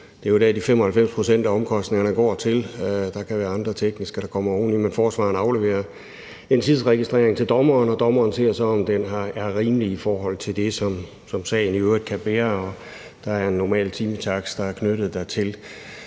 det er jo det, de 95 pct. af omkostningerne går til; der kan være andre tekniske, der kommer oveni – afleverer den tidsregistrering til dommeren, og dommeren ser så på, om den er rimelig i forhold til det, som sagen i øvrigt kan bære. Og der er en normal timetakst, der er knyttet dertil.